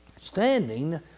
standing